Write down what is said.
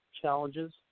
challenges